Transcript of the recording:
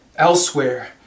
elsewhere